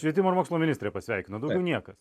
švietimo ir mokslo ministrė pasveikino daugiau niekas